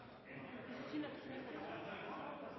siden